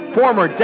former